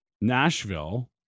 Nashville